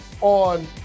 on